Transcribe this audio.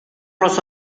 los